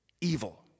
Evil